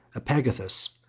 epagathus,